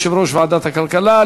יושב-ראש ועדת הכלכלה,